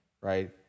right